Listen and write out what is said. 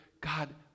God